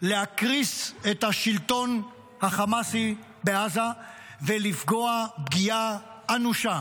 להקריס את השלטון החמאסי בעזה ולפגוע פגיעה אנושה